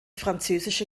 französische